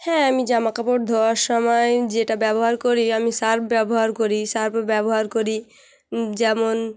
হ্যাঁ আমি জামা কাপড় ধোয়ার সময় যেটা ব্যবহার করি আমি সার্ফ ব্যবহার করি সার্ফ ব্যবহার করি যেমন